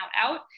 out